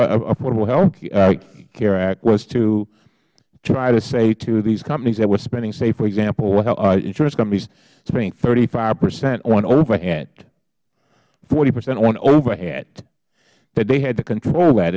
act was to try to say to these companies that were spending say for example insurance companies spending thirty five percent on overhead forty percent on overhead that they had to control that